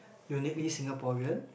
uniquely Singaporean